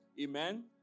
Amen